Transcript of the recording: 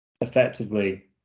Effectively